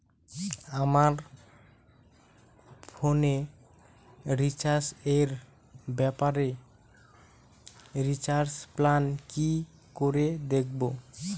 আমার ফোনে রিচার্জ এর ব্যাপারে রিচার্জ প্ল্যান কি করে দেখবো?